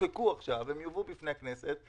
יחוקקו עכשיו והם יובאו בפני הכנסת.